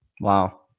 Wow